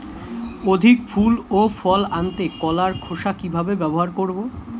অধিক ফুল ও ফল আনতে কলার খোসা কিভাবে ব্যবহার করব?